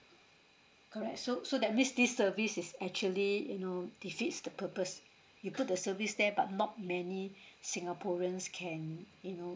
correct so so that means this service is actually you know defeats the purpose you put the service there but not many singaporeans can you know